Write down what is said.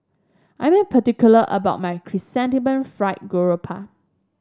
I am particular about my Chrysanthemum Fried Garoupa